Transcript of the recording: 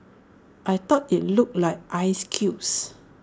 I thought IT looked like ice cubes